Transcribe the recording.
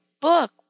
book